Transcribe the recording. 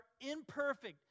imperfect